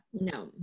no